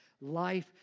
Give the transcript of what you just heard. life